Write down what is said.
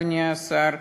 אדוני השר,